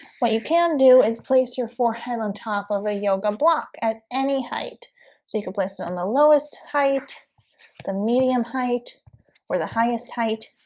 what you can do is place your forehead on top of a yoga block at any height so you can place it on the lowest height the medium height or the highest height